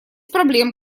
проблем